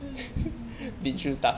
mm mm mm